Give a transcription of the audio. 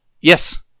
yes